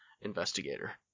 investigator